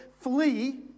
flee